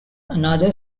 another